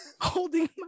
holding